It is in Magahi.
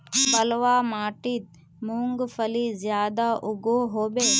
बलवाह माटित मूंगफली ज्यादा उगो होबे?